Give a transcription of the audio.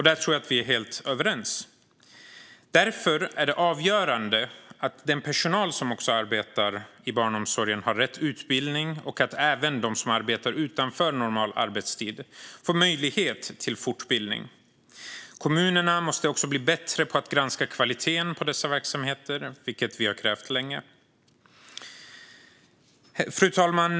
Där tror jag att vi är helt överens. Därför är det avgörande att den personal som arbetar i barnomsorgen har rätt utbildning och att även de som arbetar utanför normal arbetstid får möjlighet till fortbildning. Kommunerna måste också bli bättre på att granska kvaliteten på verksamheten, vilket vi har krävt länge. Fru talman!